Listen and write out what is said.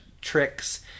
tricks